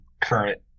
current